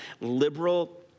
liberal